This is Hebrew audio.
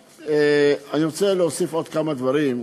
אני רוצה להוסיף כמה דברים.